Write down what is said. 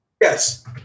Yes